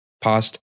past